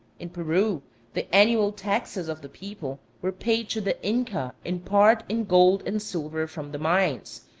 in peru the annual taxes of the people were paid to the inca in part in gold and silver from the mines,